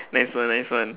nice one nice one